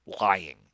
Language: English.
lying